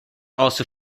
also